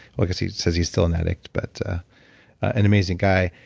well, i guess he says he's still an addict, but an amazing guy.